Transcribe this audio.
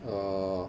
err